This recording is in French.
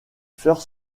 first